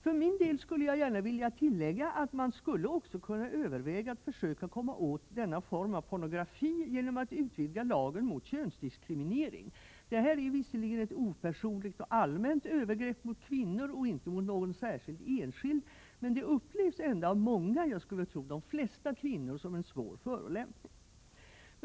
För min del skulle jag gärna vilja tillägga att man även skulle kunna överväga möjligheten att försöka komma åt denna form av pornografi genom att utvidga lagen mot könsdiskriminering. Det här är visserligen ett opersonligt och allmänt övergrepp mot kvinnor och inte mot någon enskild, men det upplevs ändå av många — jag skulle tro de flesta — kvinnor som en stor förolämpning.